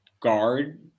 guard